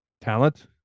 talent